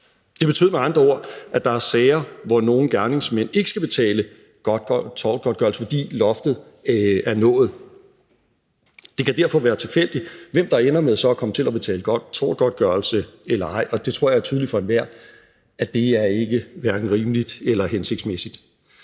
Det betød med andre ord, at der er sager, hvor nogle gerningsmænd ikke skal betale tortgodtgørelse, fordi loftet er nået. Det kan derfor være tilfældigt, hvem der ender med så at komme til at betale tortgodtgørelse eller ej, og det tror jeg er tydeligt for enhver ikke er hverken rimeligt eller hensigtsmæssigt.